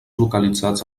localitzats